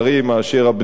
מה קרה?